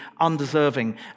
undeserving